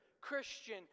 Christian